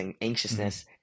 anxiousness